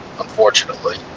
unfortunately